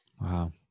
Wow